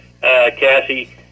Cassie